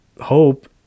hope